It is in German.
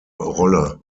rolle